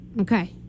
Okay